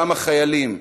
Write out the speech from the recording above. אותם החיילים,